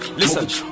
listen